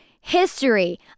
history